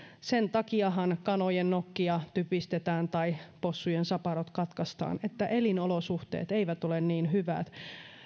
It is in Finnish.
sen takiahan kanojen nokkia typistetään tai possujen saparot katkaistaan että elinolosuhteet eivät ole niin hyvät